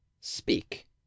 Speak